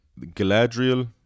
Galadriel